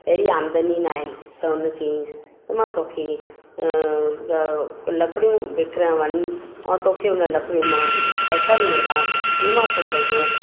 अहिड़ी आमदनी नाहे त हुन चयाईंसि मां तोखे लकिड़ियूं विकिरणु वञी अ उं तोखे हुन लकिड़ियुनि मां पैसा मिलंदा उनमां तूं पंहिंजो